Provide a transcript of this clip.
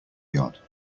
yard